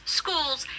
schools